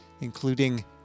including